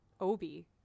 Obi